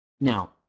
Now